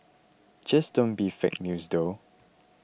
just don't be fake news though